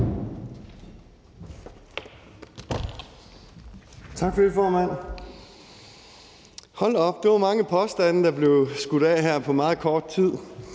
Tak for det, formand. Hold da op! Det var mange påstande, der blev skudt af her på meget kort tid,